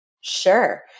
Sure